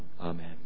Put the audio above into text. Amen